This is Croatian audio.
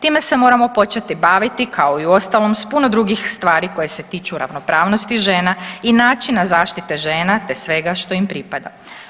Time se moramo početi baviti kao i ostalom s puno drugih stvari koje se tiču ravnopravnosti žena i načina zaštite žena, te svega što im pripada.